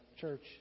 church